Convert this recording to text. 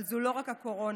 אבל זו לא רק הקורונה.